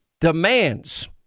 demands